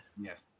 Yes